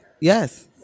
yes